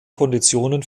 konditionen